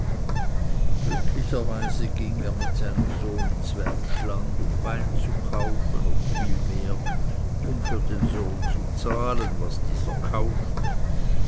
glücklicherweise ging er mit seinem sohn ins welschland um wein zu kaufen oder vielmehr um für den sohn zu zahlen was dieser kaufte